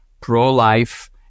pro-life